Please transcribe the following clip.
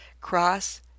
cross